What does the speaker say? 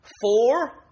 Four